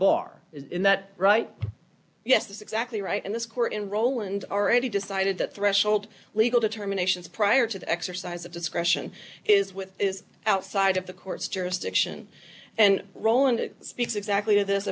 bar is that right yes that's exactly right and this court in roland already decided that threshold legal determinations prior to the exercise of discretion is with is outside of the court's jurisdiction and roland speaks exactly t